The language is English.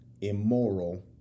immoral